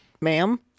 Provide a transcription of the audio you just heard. ma'am